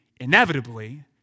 inevitably